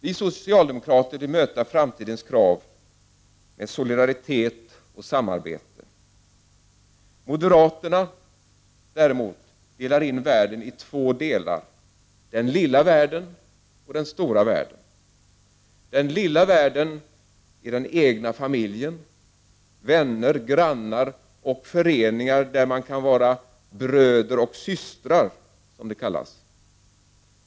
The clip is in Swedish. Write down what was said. Vi socialdemokrater vill möta framtidens nya krav med solidaritet och samarbete. Moderaterna däremot delar in världen i två delar, den lilla världen och den stora världen. Den lilla världen är den egna familjen, vänner, grannar och föreningar, där man kan vara ”bröder” och ”systrar”.